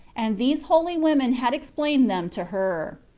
and these holy women had explained them to her.